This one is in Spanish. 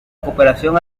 cooperación